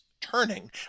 turning